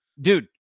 Dude